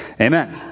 Amen